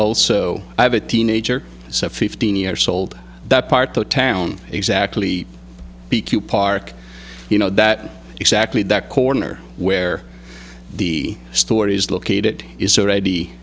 also i have a teenager fifteen years old that part of town exactly p q park you know that exactly that corner where the story is located it is already